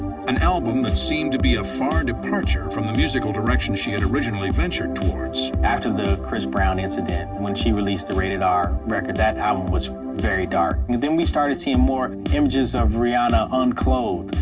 an album that seemed to be a far departure from the musical direction she had originally ventured towards. after the chris brown incident when she released the rated r record, that album was very dark. and then we started seeing more images of rihanna unclothed.